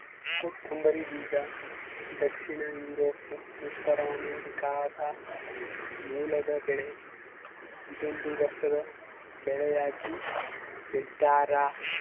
ಕೊತ್ತಂಬರಿ ಬೀಜ ದಕ್ಷಿಣ ಯೂರೋಪ್ ಉತ್ತರಾಮೆರಿಕಾದ ಮೂಲದ ಬೆಳೆ ಇದೊಂದು ವರ್ಷದ ಬೆಳೆಯಾಗಿ ಬೆಳ್ತ್ಯಾರ